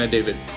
David